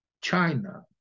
China